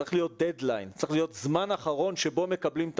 צריך להיות זמן אחרון שבו מקבלים את